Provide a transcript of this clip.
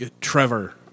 Trevor